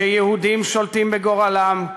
כיהודים השולטים בגורלם,